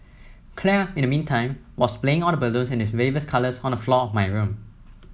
claire in the meantime was splaying all the balloons in its various colours on the floor of my room